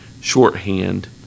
shorthand